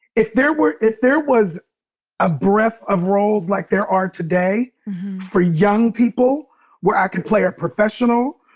if there were, if there was a breadth of roles like there are today for young people where i can play a professional,